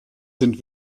sind